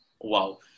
Wow